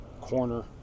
corner